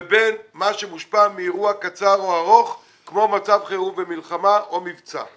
לבין מה שמושפע מאירוע קצר או ארוך כמו מצב חירום במלחמה או מבצע.